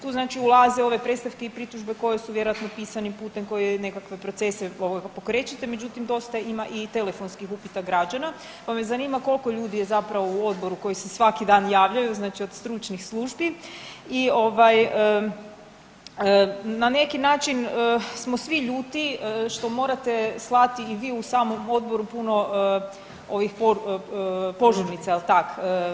Tu znači ulaze ove predstavke i pritužbe koje su vjerojatno pisanim putem, koje nekakve procese ovoga, pokrećete, međutim, dosta ima i telefonskih upita građana pa me zanima koliko ljudi je zapravo u Odboru koji se svaki dan javljaju, znači od stručnih službi i ovaj, na neki način smo svi ljuti što morate slati i vi u samom Odboru i puno ovih .../nerazumljivo/... požurnica, je l' tak?